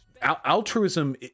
altruism